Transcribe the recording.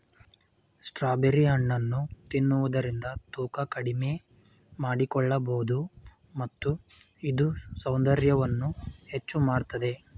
strawberry ಹಣ್ಣನ್ನು ತಿನ್ನುವುದರಿಂದ ತೂಕ ಕಡಿಮೆ ಮಾಡಿಕೊಳ್ಳಬೋದು ಮತ್ತು ಇದು ಸೌಂದರ್ಯವನ್ನು ಹೆಚ್ಚು ಮಾಡತ್ತದೆ